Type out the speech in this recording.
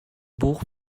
buch